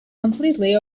completely